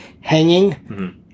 hanging